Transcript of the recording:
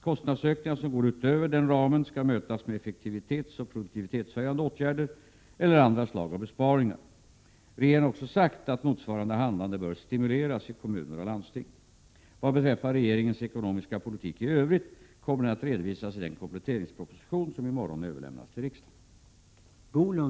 Kostnadsökningar som går utöver denna ram skall mötas med effektivitetsoch produktivitetshöjande åtgärder eller andra slag av besparingar. Regeringen har också sagt att motsvarande handlande bör stimuleras i kommuner och landsting. Vad beträffar regeringens ekonomiska politik i övrigt kommer den att redovisas i den kompletteringsproposition som i morgon överlämnas till riksdagen.